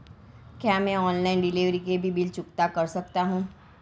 क्या मैं online delivery के भी बिल चुकता कर सकता हूँ?